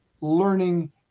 learning